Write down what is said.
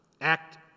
act